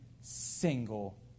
single